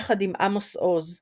יחד עם עמוס עוז וא.